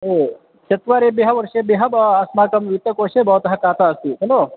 ओ चत्वारेभ्यः वर्षेभ्यः ब अस्माकं वित्तकोषे भवतः काता अस्ति खलु